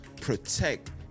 protect